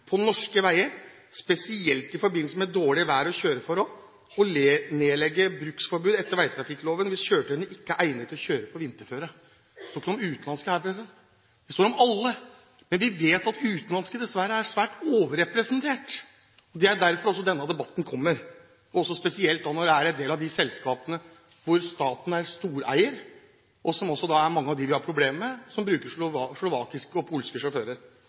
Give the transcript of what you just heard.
på norske veier spesielt i forbindelse med dårlige vær- og kjøreforhold, og nedlegge bruksforbud etter vegtrafikkloven hvis kjøretøy ikke er egnet til å kjøre på vinterføre.» Det står ikke noe om utenlandske her; det står om alle. Men vi vet at utenlandske dessverre er svært overrepresentert, og det er også derfor denne debatten kommer. Spesielt gjelder det en del av de selskapene hvor staten er storeier, og som er mange av dem vi har problemer med – de som bruker slovakiske og polske sjåfører.